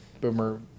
boomer